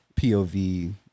POV